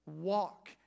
walk